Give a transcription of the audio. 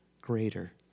greater